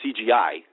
CGI